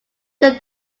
them